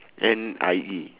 N I E